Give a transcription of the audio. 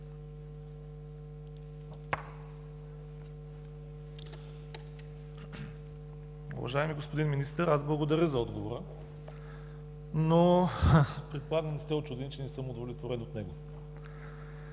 Уважаеми господин Министър, благодаря за отговора, но предполагам не сте учуден, че не съм удовлетворен от него.